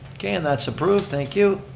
and that's approved, thank you.